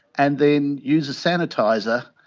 and then use a sanitiser.